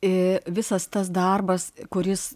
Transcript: ir visas tas darbas kuris